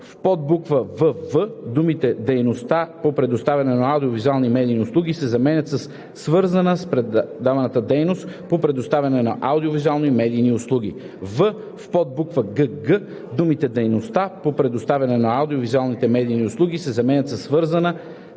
в подбуква „вв“ думите „дейността по предоставяне на аудио-визуалните медийни услуги“ се заменят със „свързана с предаванията дейност по предоставяне на аудио-визуалните медийни услуги“; в) в подбуква „гг“ думите „дейността по предоставяне на аудио-визуалните медийни услуги“ се заменят със „свързана